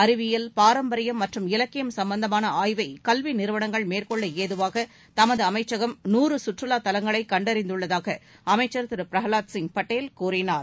அறிவியல் பாரம்பரியம் மற்றும் இலக்கியம் சும்பந்தமான ஆய்வை கல்வி நிறுவனங்கள் மேற்கொள்ள ஏதுவாக தமது அமைச்சகம் நூறு சுற்றுவாத் தலங்களை கண்டறிந்துள்ளதாக அமைச்சர் திரு பிரகலாத் சிங் படேல் கூறினார்